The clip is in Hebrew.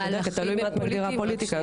המהלכים הם פוליטיים.